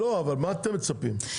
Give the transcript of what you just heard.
לא, אבל מה אתם מצפים?